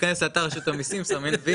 או להיכנס לאתר רשות המסים, לסמן וי.